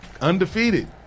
undefeated